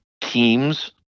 teams